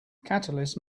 catalysts